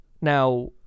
Now